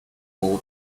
bowl